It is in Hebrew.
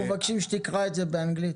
אנחנו מבקשים שתקרא את זה באנגלית.